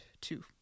two